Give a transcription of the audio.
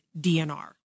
DNR